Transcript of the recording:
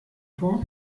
vor